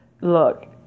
look